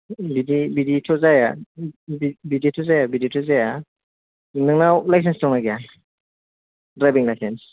बिदि बिदिथ' जाया बिदिथ' जाया बिदिथ' जाया नोंनाव लायसेन्स दंना गैया द्राइबिं लायसेन्स